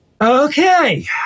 Okay